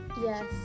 Yes